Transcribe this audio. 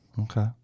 Okay